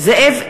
זאב אלקין,